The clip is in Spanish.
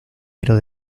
pero